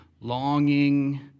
longing